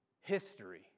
History